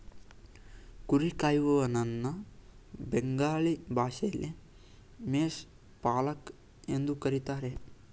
ಕುರಿ ಕಾಯುವನನ್ನ ಬೆಂಗಾಲಿ ಭಾಷೆಯಲ್ಲಿ ಮೇಷ ಪಾಲಕ್ ಎಂದು ಕರಿತಾರೆ